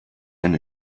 ein